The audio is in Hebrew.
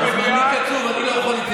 שנתיים אני יושב במליאה,